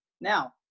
Now